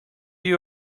you